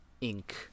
ink